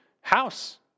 house